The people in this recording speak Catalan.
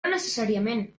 necessàriament